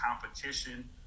competition